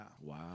Wow